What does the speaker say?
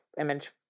image